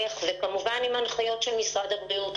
איך, וכמובן עם הנחיות של משרד הבריאות.